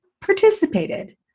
participated